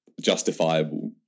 justifiable